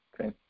okay